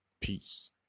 Peace